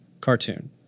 cartoon